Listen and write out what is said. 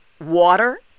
Water